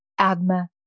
Adma